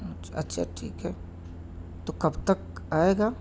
اچھا ٹھیک ہے تو کب تک آئے گا